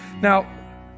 now